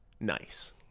nice